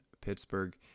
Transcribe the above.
Pittsburgh